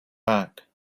back